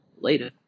Later